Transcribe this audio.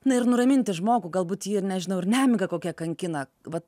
na ir nuraminti žmogų galbūt jį ir nežinau ir nemiga kokia kankina va